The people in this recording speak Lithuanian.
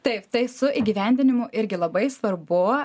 taip tai su įgyvendinimu irgi labai svarbu